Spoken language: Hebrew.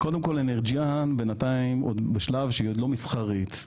Energeane בינתיים בשלב שהיא לא מסחרית.